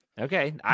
Okay